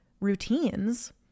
routines